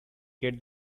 get